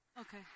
Okay